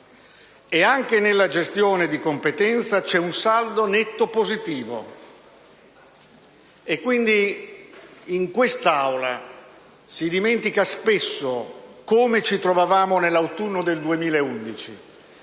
e anche nella gestione di competenza c'è un saldo netto positivo. Quindi, in quest'Aula si dimentica spesso come ci trovavamo nell'autunno del 2011,